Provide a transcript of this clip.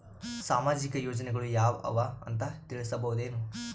ಸಾಮಾಜಿಕ ಯೋಜನೆಗಳು ಯಾವ ಅವ ಅಂತ ತಿಳಸಬಹುದೇನು?